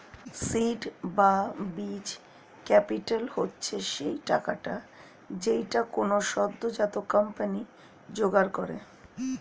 seed বা বীজ capital হচ্ছে সেই টাকাটা যেইটা কোনো সদ্যোজাত কোম্পানি জোগাড় করে